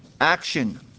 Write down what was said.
action